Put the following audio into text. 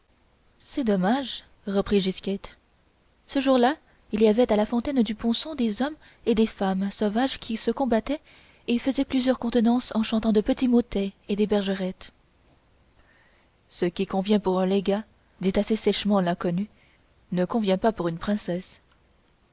c'est dommage reprit gisquette ce jour-là il y avait à la fontaine du ponceau des hommes et des femmes sauvages qui se combattaient et faisaient plusieurs contenances en chantant de petits motets et des bergerettes ce qui convient pour un légat dit assez sèchement l'inconnu ne convient pas pour une princesse